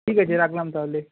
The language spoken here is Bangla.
ঠিক আছে রাখলাম তাহলে